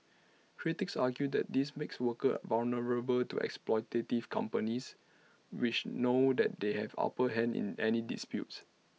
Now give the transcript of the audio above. critics argue that this makes workers vulnerable to exploitative companies which know that they have upper hand in any disputes